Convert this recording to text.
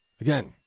again